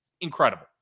incredible